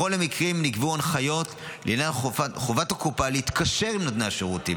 בכל המקרים נקבעו הנחיות לעניין חובת הקופה להתקשר עם נותני השירותים,